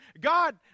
God